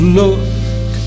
look